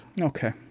okay